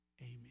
amen